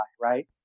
right